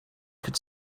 could